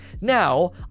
now